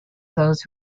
those